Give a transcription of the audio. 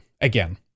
again